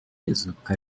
izuka